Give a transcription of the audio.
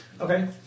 Okay